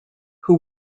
who